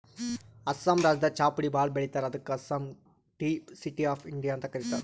ಅಸ್ಸಾಂ ರಾಜ್ಯದಾಗ್ ಚಾಪುಡಿ ಭಾಳ್ ಬೆಳಿತಾರ್ ಅದಕ್ಕ್ ಅಸ್ಸಾಂಗ್ ಟೀ ಸಿಟಿ ಆಫ್ ಇಂಡಿಯಾ ಅಂತ್ ಕರಿತಾರ್